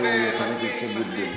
בחסות החסינות שלך.